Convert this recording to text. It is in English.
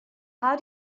how